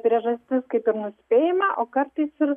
priežastis kaip ir nuspėjama o kartais ir